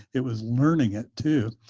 it was learning it, too.